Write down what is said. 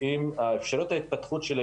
הסטטוס הוא